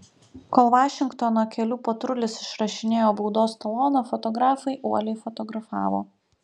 kol vašingtono kelių patrulis išrašinėjo baudos taloną fotografai uoliai fotografavo